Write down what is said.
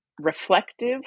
reflective